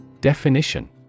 Definition